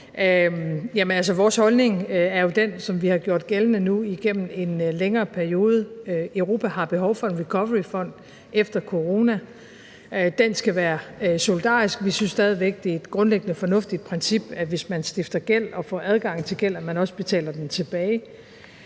Vores holdning er jo den, som vi har gjort gældende nu gennem en længere periode. Europa har behov for en recoveryfond efter corona. Den skal være solidarisk. Vi synes stadig væk, at det er et grundlæggende fornuftigt princip, at man, hvis man stifter gæld og får adgang til at stifte gæld, også betaler den tilbage.